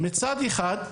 מצד אחד,